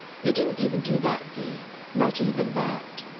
you didn't even do that vee not even that.